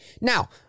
Now